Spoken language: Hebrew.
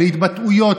על התבטאויות,